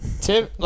Tim